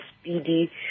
speedy